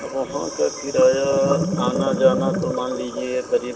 अब वहाँ का किराया आना जाना तो मान लीजिएगा क़रीब